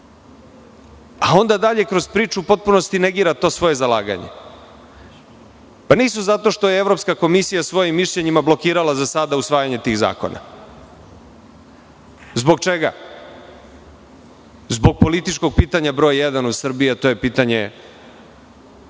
a onda kroz priču u potpunosti negira to svoje zalaganje. Nisu zato što je Evropska komisija svojim mišljenjima blokirala za sada usvajanje tih zakona. Zbog čega? Zbog političkog pitanja broj jedan u Srbiji, a to je pitanje